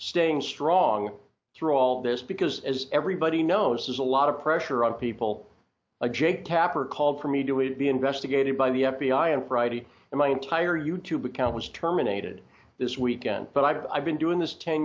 staying strong through all this because as everybody knows there's a lot of pressure on people like jake tapper called for me to even investigated by the f b i on friday and my entire you tube account was terminated this weekend but i've i've been doing this ten